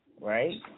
Right